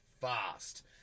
fast